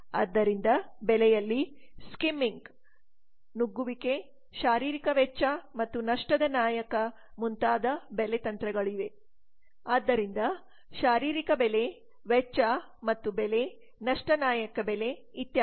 ಆದ್ದರಿಂದ ಬೆಲೆಯಲ್ಲಿ ಸ್ಕಿಮ್ಮಿಂಗ್ ನುಗ್ಗುವಿಕೆ ಶಾರೀರಿಕ ವೆಚ್ಚ ಮತ್ತು ನಷ್ಟದ ನಾಯಕ ಮುಂತಾದ ಬೆಲೆ ತಂತ್ರಗಳು ಆದ್ದರಿಂದ ಶಾರೀರಿಕ ಬೆಲೆ ವೆಚ್ಚ ಮತ್ತು ಬೆಲೆ ನಷ್ಟ ನಾಯಕ ಬೆಲೆ ಇತ್ಯಾದಿ